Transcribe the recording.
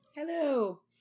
Hello